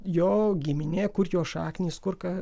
jo giminė kur jo šaknys kur ką